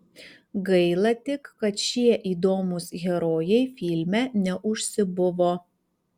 gaila tik kad šie įdomūs herojai filme neužsibuvo